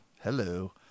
Hello